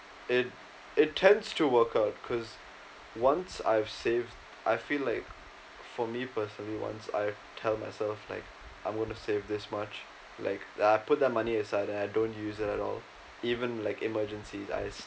it it tends to work out cause once I've saved I feel like for me personally once I've tell myself like I'm gonna save this much like uh put that money aside I don't use it at all even like emergencies I